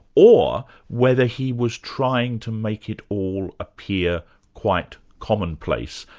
or whether he was trying to make it all appear quite commonplace,